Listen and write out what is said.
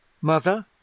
Mother